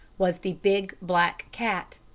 was the big black cat,